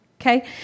Okay